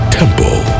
temple